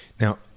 Now